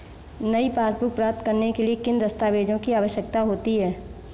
नई पासबुक प्राप्त करने के लिए किन दस्तावेज़ों की आवश्यकता होती है?